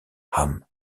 ham